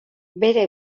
bere